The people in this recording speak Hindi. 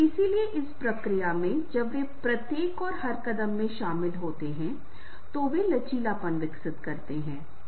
इसलिए इस प्रक्रिया में जब वे प्रत्येक और हर कदम में शामिल होते हैं तो वे लचीलापन विकसित करेंगे